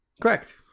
Correct